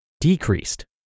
decreased